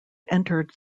entered